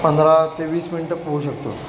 पंधरा ते वीस मिनटं पोहू शकतो